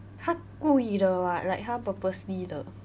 他故意的 [what] like 他 purposely 的